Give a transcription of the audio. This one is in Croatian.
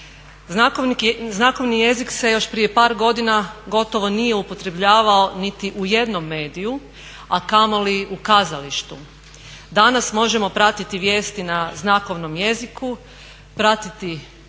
Znakovni jezik se još prije par godina gotovo nije upotrebljavao niti u jednom mediju a kamoli u kazalištu. Danas možemo pratiti vijesti na znakovnom jeziku, pratiti